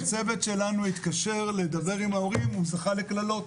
רק שכשצוות שלנו התקשר לדבר עם ההורים הוא זכה לקללות.